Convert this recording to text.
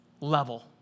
level